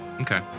Okay